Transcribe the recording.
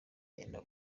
yenda